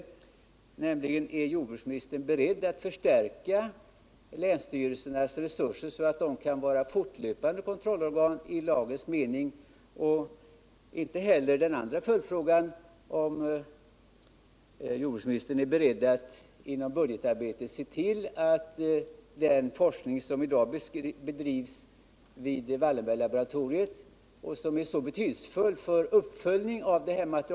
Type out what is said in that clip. Den första frågan lyder: Är jordbruksministern beredd att förstärka länsstyrelsernas resurser, så att de fortlöpande kan vara kontrollorgan i lagens mening? Inte heller den andra följdfrågan, om jordbruksministern är beredd att vid budgetarbetet se till att den forskning fullföljs som i dag bedrivs vid Wallenberglaboratoriet? Den är mycket betydelsefull för uppföljningen av materialet.